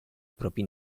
propri